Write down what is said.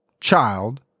child